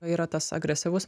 yra tas agresyvus